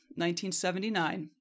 1979